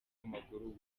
w’amaguru